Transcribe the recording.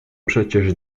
przecież